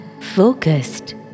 focused